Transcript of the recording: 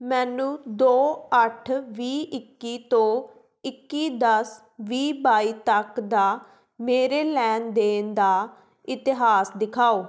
ਮੈਨੂੰ ਦੋ ਅੱਠ ਵੀਹ ਇੱਕੀ ਤੋਂ ਇੱਕੀ ਦਸ ਵੀਹ ਬਾਈ ਤੱਕ ਦਾ ਮੇਰੇ ਲੈਣ ਦੇਣ ਦਾ ਇਤਿਹਾਸ ਦਿਖਾਓ